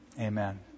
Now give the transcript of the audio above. Amen